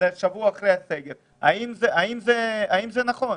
- האם זה נכון?